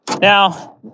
now